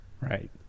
Right